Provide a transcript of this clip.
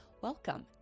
welcome